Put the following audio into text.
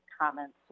comments